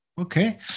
Okay